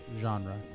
genre